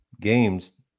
games